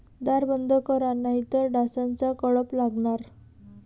दार बंद करा नाहीतर डासांचा कळप लागणार